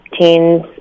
teens